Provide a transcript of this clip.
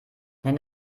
nenn